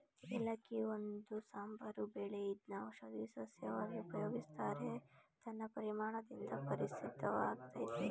ಏಲಕ್ಕಿ ಒಂದು ಸಾಂಬಾರು ಬೆಳೆ ಇದ್ನ ಔಷಧೀ ಸಸ್ಯವಾಗಿ ಉಪಯೋಗಿಸ್ತಾರೆ ತನ್ನ ಪರಿಮಳದಿಂದ ಪ್ರಸಿದ್ಧವಾಗಯ್ತೆ